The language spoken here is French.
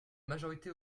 majorité